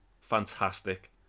Fantastic